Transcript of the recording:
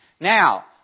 Now